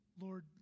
Lord